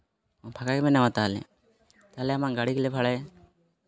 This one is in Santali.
ᱯᱷᱟᱠᱟ ᱜᱮ ᱢᱮᱱᱟᱢᱟ ᱛᱟᱦᱚᱞᱮ ᱟᱢᱟᱜ ᱜᱟᱹᱰᱤ ᱜᱮᱞᱮ ᱵᱷᱟᱲᱟᱭᱟ